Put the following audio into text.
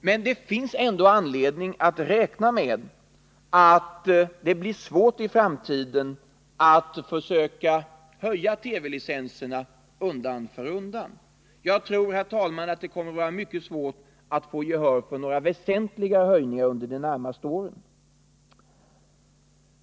Men det finns ändå anledning att räkna med att det i framtiden blir svårt att försöka höja avgifterna för TV-licenserna undan för undan. Jag tror, herr talman, att det kommer att vara mycket svårt att få gehör för några väsentliga höjningar under de närmaste åren.